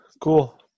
Cool